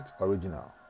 original